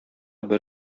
бер